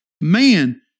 Man